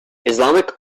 islamic